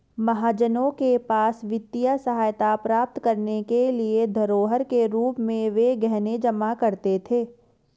महाजनों के पास वित्तीय सहायता प्राप्त करने के लिए धरोहर के रूप में वे गहने जमा करते थे